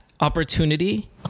opportunity